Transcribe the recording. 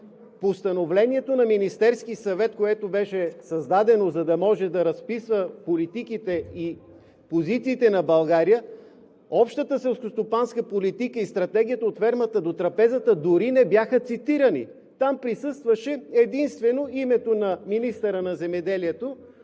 Постановлението на Министерския съвет, което беше създадено, за да може да разписва политиките и позициите на България – Общата селскостопанска политика и стратегията „От фермата до трапезата“ дори не бяха цитирани. Там присъстваше единствено името на министъра на земеделието